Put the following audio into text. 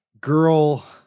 girl